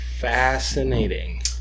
Fascinating